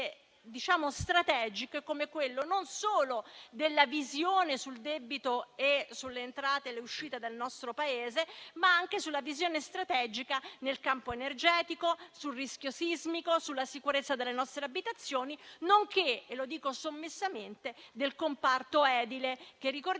strategiche, come non solo la visione sul debito e sulle entrate e le uscite del nostro Paese, ma anche la visione strategica in campo energetico, sul rischio sismico, sulla sicurezza delle nostre abitazioni, nonché - lo dico sommessamente - sul comparto edile, che dà